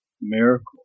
Miracle